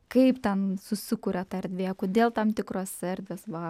kaip ten susikuria ta erdvė kodėl tam tikros erdves va